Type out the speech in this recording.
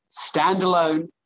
standalone